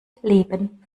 leben